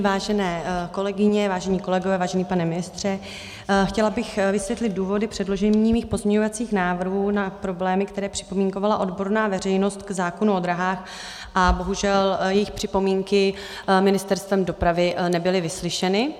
Vážené kolegyně, vážení kolegové, vážený pane ministře, chtěla bych vysvětlit důvody předložení svých pozměňovacích návrhů na problémy, které připomínkovala odborná veřejnost k zákonu o dráhách, a bohužel jejich připomínky nebyly Ministerstvem dopravy vyslyšeny.